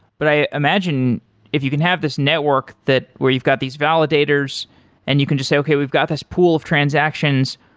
but i imagine if you can have this network where you've got these validators and you can just say, okay, we've got this pool of transactions.